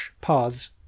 paths